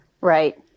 Right